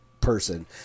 person